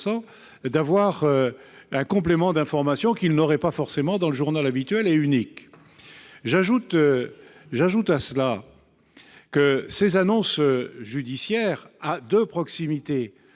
d'avoir un complément d'information qu'ils n'auraient pas forcément dans le journal habituel, unique. J'ajoute que ces annonces judiciaires de proximité